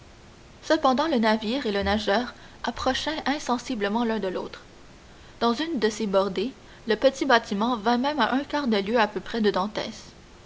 cependant le navire et le nageur approchaient insensiblement l'un de l'autre dans une de ses bordées le petit bâtiment vint même à un quart de lieue à peu près de dantès